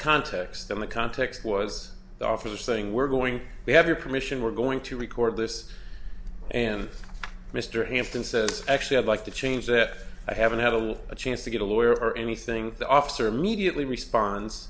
context and the context was the officer saying we're going to have your permission we're going to record this and mr hampton says actually i'd like to change that i haven't had a little a chance to get a lawyer or anything the officer immediately responds